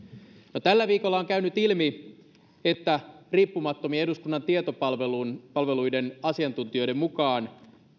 no tällä viikolla on käynyt ilmi että riippumattomien eduskunnan tietopalvelun asiantuntijoiden mukaan